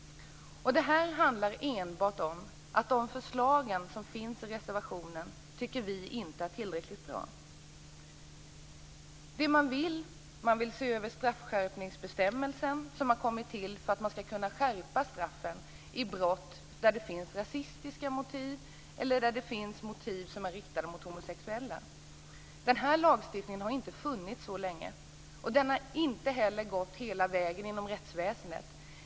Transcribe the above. Det handlar enbart om att vi tycker att de förslag som finns i reservationen inte är tillräckligt bra. Det man vill är att se över straffskärpningsbestämmelsen som har kommit till för att man skall kunna skärpa straffen vid brott där det finns rasistiska motiv eller där det finns motiv som är riktade mot homosexuella. Den lagstiftningen har inte funnits så länge. Den har inte heller gått hela vägen inom rättsväsendet.